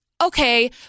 Okay